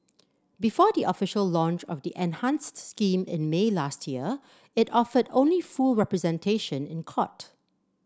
before the official launch of the enhanced scheme in May last year it offered only full representation in court